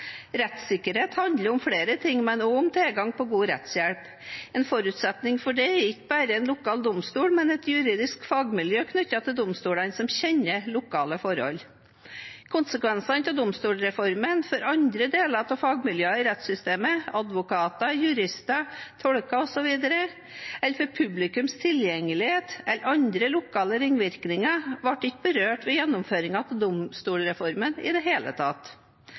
Rettssikkerhet handler om flere ting, men også om tilgang på god rettshjelp. En forutsetning for det er ikke bare en lokal domstol, men et juridisk fagmiljø knyttet til domstolene som kjenner lokale forhold. Konsekvensene av domstolreformen for andre deler av fagmiljøet i rettssystemet – advokater, jurister, tolker osv. – eller for publikums tilgjengelighet eller andre lokale ringvirkninger, ble ikke berørt ved gjennomføringen av domstolreformen i det hele tatt.